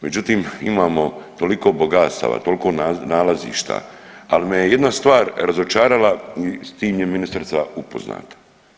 Međutim, imamo toliko bogatstava, toliko nalazišta ali me jedna stvar razočarala s tim je ministrica upoznata.